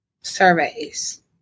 surveys